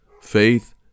Faith